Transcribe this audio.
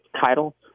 title